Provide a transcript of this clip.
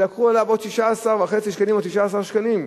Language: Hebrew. ולקחו עליו עוד 16.5 שקלים או 16 שקלים.